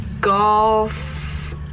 golf